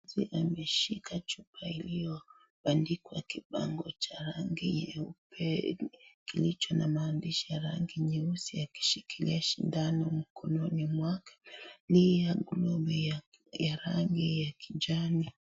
Mtu ameshika chupa iliyobandikwa kibango cha rangi nyeupe kilicho na maandishi ya rangi nyeusi akishikilia sindano mkononi wake. Ni ya glovu ya rangi ya kijani.